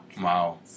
Wow